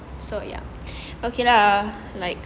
okay lah like